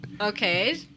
Okay